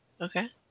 Okay